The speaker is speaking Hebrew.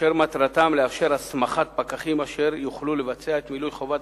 אשר מטרתם לאשר הסמכת פקחים אשר יוכלו לבצע את מילוי חובת